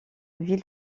ville